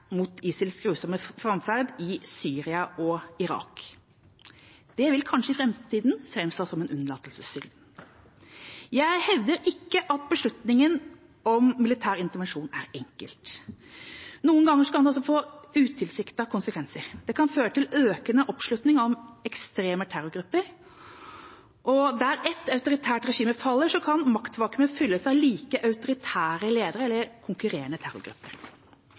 mot ISILs grusomme framferd i Syria og Irak. Det vil kanskje i framtida framstå som en unnlatelsessynd. Jeg hevder ikke at beslutninger om militær intervensjon er enkelt. Noen ganger kan det også få utilsiktede konsekvenser. Det kan føre til økende oppslutning om ekstreme terrorgrupper, og der et autoritært regime faller, kan maktvakuumet fylles av like autoritære ledere eller konkurrerende terrorgrupper.